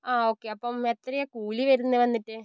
ആ ഓക്കെ അപ്പം എത്രയാണ് കൂലി വരുന്നത് വന്നിട്ട്